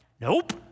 Nope